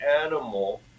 animal